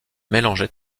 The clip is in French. mélanger